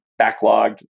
backlogged